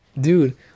Dude